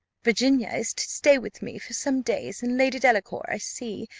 virginia is to stay with me for some days and lady delacour, i see,